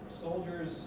Soldiers